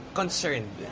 concerned